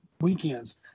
weekends